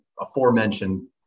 aforementioned